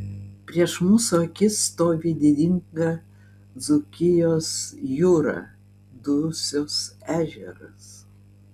prieš mūsų akis stovi didinga dzūkijos jūra dusios ežeras